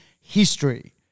history